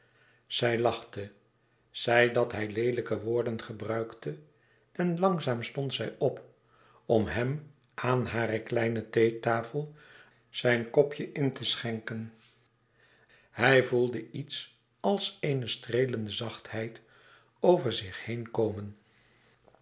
zij lachte zei dat hij leelijke woorden gebruikte en langzaam stond zij op om hem aan hare kleine theetafel zijn kopje in te schenken hij voelde iets als eene streelende zachtheid over zich heen komen